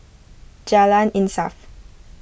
Jalan Insaf